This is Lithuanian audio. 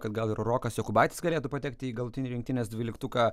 kad gal ir rokas jokubaitis galėtų patekti į galutinį rinktinės dvyliktuką